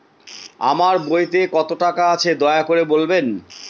আমার বইতে কত টাকা আছে দয়া করে বলবেন?